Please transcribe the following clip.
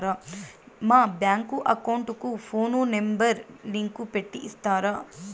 మా bank account కు phone number link పెట్టి ఇస్తారా?